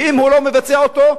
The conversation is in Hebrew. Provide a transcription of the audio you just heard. ואם הוא לא מבצע אותו,